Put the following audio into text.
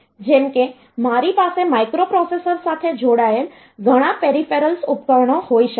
જેમ કે મારી પાસે માઇક્રોપ્રોસેસર સાથે જોડાયેલ ઘણા પેરિફેરલ ઉપકરણો હોઈ શકે છે